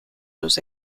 los